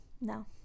No